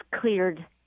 cleared